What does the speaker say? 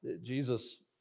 Jesus